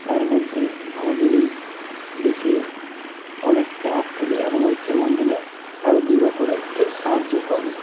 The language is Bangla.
তার মধ্যে আমাদের এই দেশে অনেক প্রভাব ফেলে এবং ঐক্যের বন্ধনে আরো দৃঢ় করতে সাহায্য করে